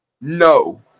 No